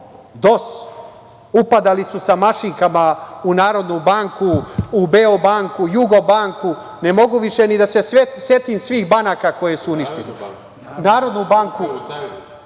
Upadali su sa mašinkama u Narodnu banku, u „Beobanku“, u „Jugobanku“. Ne mogu više ni da se setim svih banaka koje su uništili.(Aleksandar